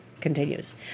continues